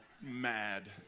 mad